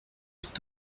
tout